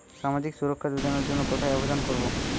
সামাজিক সুরক্ষা যোজনার জন্য কোথায় আবেদন করব?